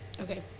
Okay